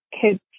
kids